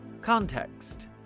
Context